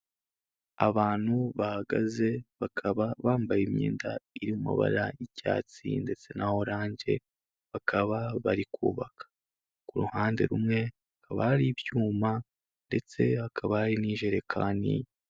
Abantu bahagaze bakaba bambaye imyenda iri mu mabara y'icyatsi ndetse na orange bakaba bari kubaka ku ruhande rumwe hakaba hari ibyuma ndetse hakaba hari n'ijerekani.